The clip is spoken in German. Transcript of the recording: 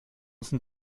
sind